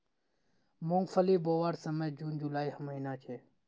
मूंगफली बोवार समय जून जुलाईर महिना छे